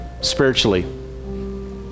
spiritually